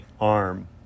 arm